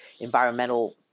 environmental